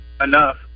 enough